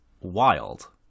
wild